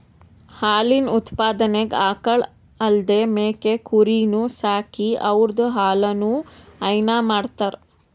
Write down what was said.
ಹಾಲಿನ್ ಉತ್ಪಾದನೆಗ್ ಆಕಳ್ ಅಲ್ದೇ ಮೇಕೆ ಕುರಿನೂ ಸಾಕಿ ಅವುದ್ರ್ ಹಾಲನು ಹೈನಾ ಮಾಡ್ತರ್